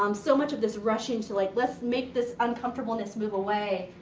um so much of this rushing to like, let's make this uncomfortableness move away.